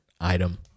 item